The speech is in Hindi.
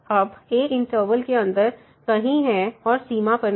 अब a इंटरवल के अंदर कहीं है और सीमा पर नहीं